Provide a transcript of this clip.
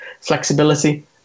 flexibility